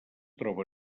troba